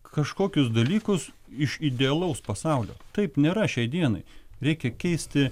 kažkokius dalykus iš idealaus pasaulio taip nėra šiai dienai reikia keisti